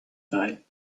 die